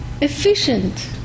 efficient